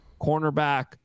cornerback